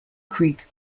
creek